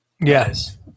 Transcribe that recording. Yes